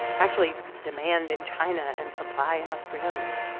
actually, demand in china and supply in australia.